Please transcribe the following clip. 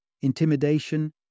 intimidation